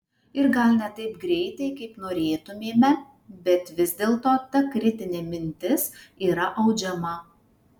ir gal ne taip greitai kaip norėtumėme bet vis dėlto ta kritinė mintis yra audžiama